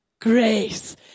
grace